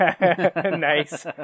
Nice